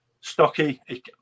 Stocky